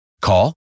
Call